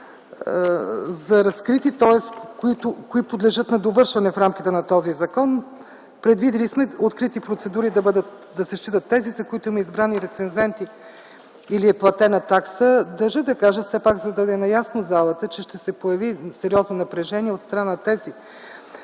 за разкрити, тоест кои подлежат на довършване в рамките на този закон. Предвидили сме за открити процедури да се считат тези, за които има избрани рецензенти или е платена такса. Държа да кажа, за да бъде наясно залата, че ще се появи сериозно напрежение от страна на тези,